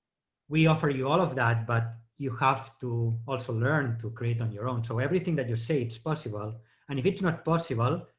we offer you all of that, but you have to also learn to create on your own so everything that you say it's possible and if it's not possible,